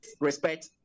respect